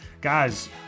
guys